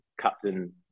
captain